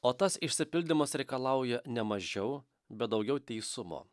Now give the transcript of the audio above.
o tas išsipildymas reikalauja ne mažiau bet daugiau teisumo